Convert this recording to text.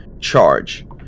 charge